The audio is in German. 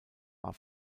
war